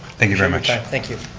thank you very much. like thank you.